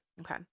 Okay